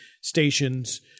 stations